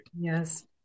Yes